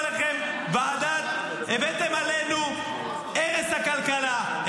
הבאתם עלינו את הרס הכלכלה,